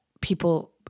people